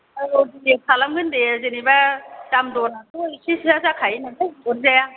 औ दे खालामगोन दे जेन'बा दाम दरआथ' एसे सोया जाखायो नालाय अरजाया